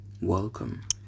Welcome